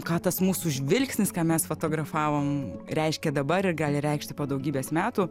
ką tas mūsų žvilgsnis ką mes fotografavom reiškia dabar ir gali reikšti po daugybės metų